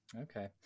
okay